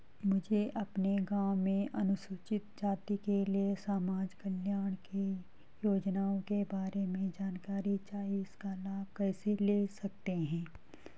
मुझे अपने गाँव में अनुसूचित जाति के लिए समाज कल्याण की योजनाओं के बारे में जानकारी चाहिए इसका लाभ कैसे ले सकते हैं?